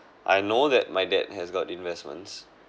I know that my dad has got investments